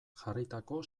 jarritako